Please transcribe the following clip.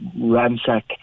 ransack